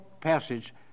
passage